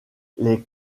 les